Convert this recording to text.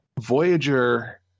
Voyager